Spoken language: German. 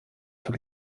für